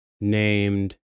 named